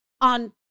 on